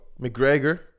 McGregor